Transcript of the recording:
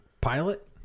pilot